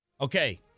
Okay